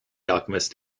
alchemist